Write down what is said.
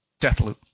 Deathloop